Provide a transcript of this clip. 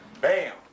bam